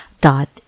dot